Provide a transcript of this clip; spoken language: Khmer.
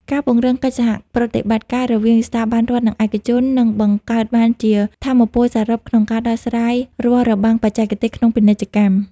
ការពង្រឹងកិច្ចសហប្រតិបត្តិការរវាងស្ថាប័នរដ្ឋ និងឯកជន នឹងបង្កើតបានជាថាមពលសរុបក្នុងការដោះស្រាយរាល់របាំងបច្ចេកទេសក្នុងពាណិជ្ជកម្ម។